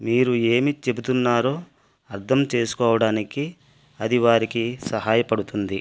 మీరు ఏమి చెబుతున్నారో అర్థం చేసుకోవడానికి అది వారికి సహాయపడుతుంది